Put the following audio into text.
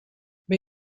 ben